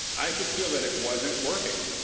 i could feel that it wasn't working.